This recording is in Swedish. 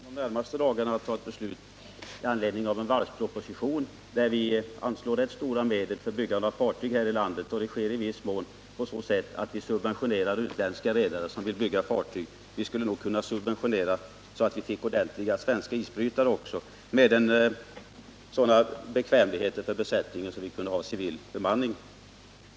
Herr talman! Inom de närmaste dagarna kommer riksdagen att fatta beslut med anledning av en varvsproposition, där vi anslår rätt stora medel till byggande av fartyg här i landet. Det sker i viss mån på så sätt att vi subventionerar utländska redare som vill bygga fartyg. Vi skulle nog kunna subventionera så att vi fick ordentliga svenska isbrytare också med sådana bekvämligheter för besättningen att man kunde ha civil bemanning.